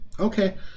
Okay